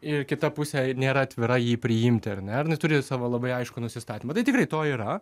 ir kita pusė nėra atvira jį priimti ar ne ir jinai turi savo labai aiškų nusistatymą tai tikrai to yra